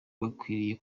bakwiriye